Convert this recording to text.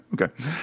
okay